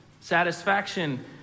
satisfaction